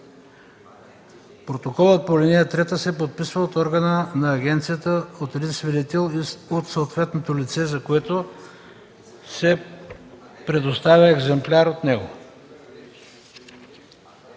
Протоколът по ал. 3 се подписва от органа на агенцията, от един свидетел и от съответното лице, на което се предоставя екземпляр от него.”